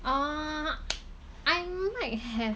ah I might have